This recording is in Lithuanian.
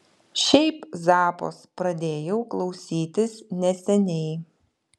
šiaip zappos pradėjau klausytis neseniai